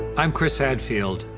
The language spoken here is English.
i'm chris hadfield,